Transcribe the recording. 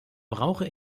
brauche